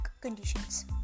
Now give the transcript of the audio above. conditions